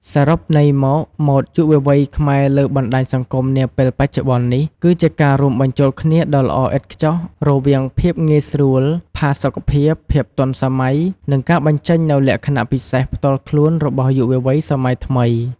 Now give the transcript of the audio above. សរុបន័យមក ម៉ូដយុវវ័យខ្មែរលើបណ្ដាញសង្គមនាពេលបច្ចុប្បន្ននេះគឺជាការរួមបញ្ចូលគ្នាដ៏ល្អឥតខ្ចោះរវាងភាពងាយស្រួល ផាសុកភាព ភាពទាន់សម័យ និងការបញ្ចេញនូវលក្ខណៈពិសេសផ្ទាល់ខ្លួនរបស់យុវវ័យសម័យថ្មី។